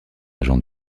agent